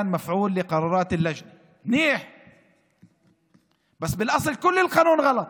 בהיעדר כיווני חקירה קונקרטיים וקיומם של חשודים פוטנציאליים,